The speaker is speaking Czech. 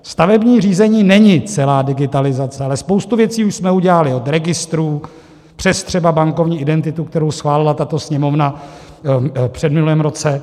Stavební řízení není celá digitalizace, ale spoustu věcí už jsme udělali od registru, třeba přes bankovní identitu, kterou schválila tato Sněmovna v předminulém roce.